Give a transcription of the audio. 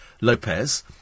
Lopez